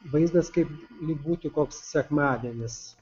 vaizdas kaip lyg būtų koks sekmadienis